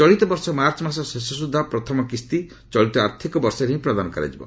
ଚଳିତ ବର୍ଷ ମାର୍ଚ୍ଚ ମାସ ଶେଷ ସୁଦ୍ଧା ପ୍ରଥମ କିସ୍ତି ଚଳିତ ଆର୍ଥକ ବର୍ଷରେ ହିଁ ପ୍ରଦାନ କରାଯିବ